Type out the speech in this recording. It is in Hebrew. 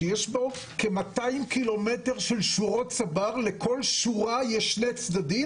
שיש בו כ-200 קילומטרים של שורות צבר ולכל שורה יש שני צדדים,